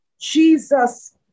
Jesus